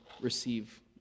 receive